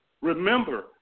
Remember